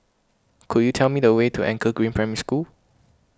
could you tell me the way to Anchor Green Primary School